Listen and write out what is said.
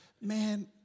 man